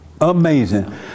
Amazing